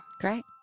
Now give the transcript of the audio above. Great